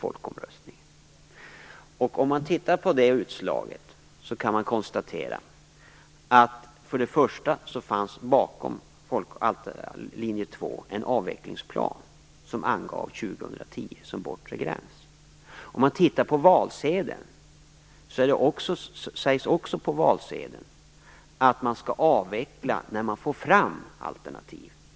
Om man tittar på det utslaget kan man konstatera att det bakom linje 2 fanns en avvecklingsplan som angav 2010 som bortre gräns. Om man tittar på valsedeln finner man att det också på valsedeln sägs att man skall avveckla när man får fram alternativ.